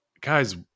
Guys